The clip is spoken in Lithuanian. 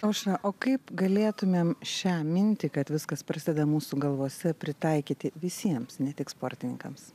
aušra o kaip galėtumėm šią mintį kad viskas prasideda mūsų galvose pritaikyti visiems ne tik sportininkams